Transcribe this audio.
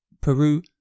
Peru